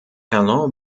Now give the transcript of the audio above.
allen